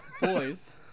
boys